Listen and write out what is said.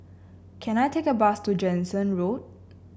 can I take a bus to Jansen Road